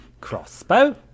Crossbow